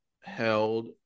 held